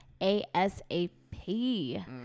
ASAP